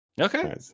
Okay